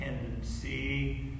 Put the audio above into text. tendency